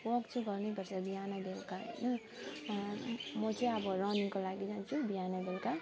walk चाहिँ गर्नै पर्छ बिहान बेलुका होइन म चाहिँ अब रनिङको लागि जान्छु बिहान बेलुका